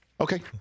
Okay